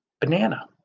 banana